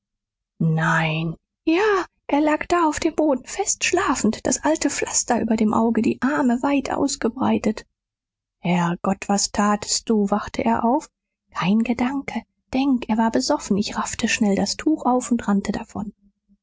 nein ja er lag da auf dem boden fest schlafend das alte pflaster über dem auge die arme weit ausgebreitet herrgott was tatst du wachte er auf kein gedanke denk er war besoffen ich raffte schnell das tuch auf und rannte davon